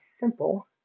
simple